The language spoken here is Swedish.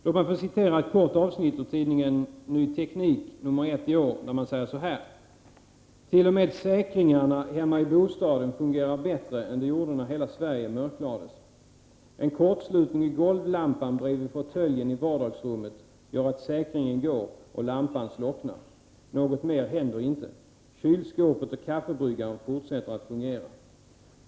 Låt mig få citera ett kort avsnitt ur Ny Teknik, nr 1 i år, där man säger så här: ”Till och med säkringarna hemma i bostaden fungerar bättre än det gjorde när hela Sverige mörklades —---. En kortslutning i golvlampan bredvid fåtöljen i vardagsrummet gör att säkringen går och lampan slocknar. Något mer händer inte. Kylskåpet och kaffebryggaren fortsätter att fungera.